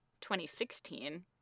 2016